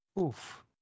Oof